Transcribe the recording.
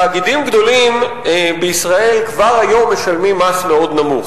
תאגידים גדולים בישראל כבר היום משלמים מס מאוד נמוך.